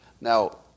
Now